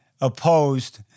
opposed